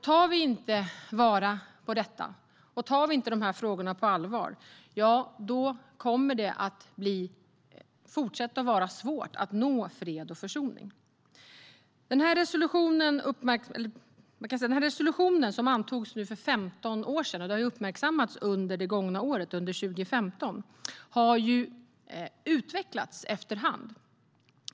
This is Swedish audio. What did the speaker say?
Tar vi inte vara på detta och tar vi inte frågorna på allvar kommer det att fortsätta att vara svårt att nå fred och försoning. Resolutionen antogs för 15 år sedan. Det har uppmärksammats under det gångna året 2015. Den har utvecklats efterhand.